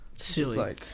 Silly